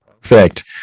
Perfect